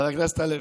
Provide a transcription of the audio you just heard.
חבר הכנסת הלוי,